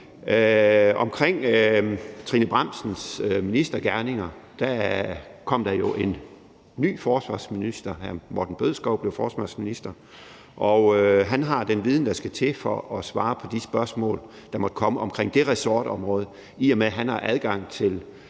angår Trine Bramsens ministergerninger, kom der jo en ny forsvarsminister, hr. Morten Bødskov. Den nye forsvarsminister har den viden, der skal til, for at svare på de spørgsmål, der måtte komme omkring det ressortområde, i og med at vedkommende har adgang til